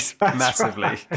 massively